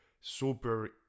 super